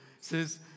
says